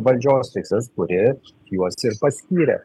valdžios teises kurie juos ir paskyrė